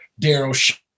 Daryl